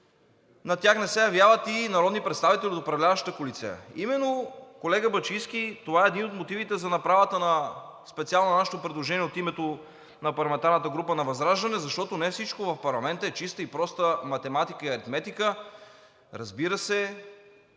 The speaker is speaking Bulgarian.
на тях не се явяват народни представители от управляващата коалиция. Колега Бачийски, именно това е един от мотивите за направата специално на нашето предложение от името на парламентарната група на ВЪЗРАЖДАНЕ, защото не всичко в парламента е чиста и проста математика и аритметика. Разбира се,